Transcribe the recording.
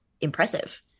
impressive